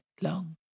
long